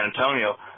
Antonio